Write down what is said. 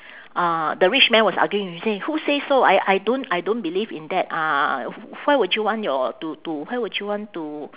uh the rich man was arguing he say who say so I I don't I don't believe in that uh why would you want your to to why would you want to